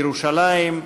בירושלים.